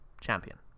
champion